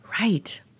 Right